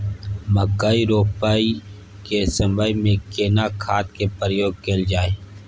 मकई रोपाई के समय में केना खाद के प्रयोग कैल जाय?